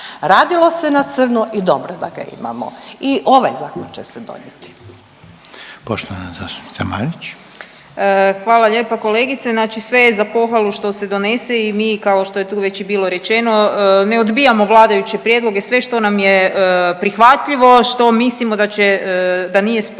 Radilo se na crno i dobro da ga imamo i ovaj zakon će se donijeti. **Reiner, Željko (HDZ)** Poštovana zastupnica Marić. **Marić, Andreja (SDP)** Hvala lijepo kolegice. Znači sve je za pohvalu što se donese i mi kao što je tu već i bilo rečeno ne odbijamo vladajuće prijedloge, sve što nam je prihvatljivo što mislimo da će da nije sporno,